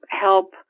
help